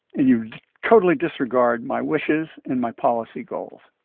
and you totally disregard my wishes and my policy goals.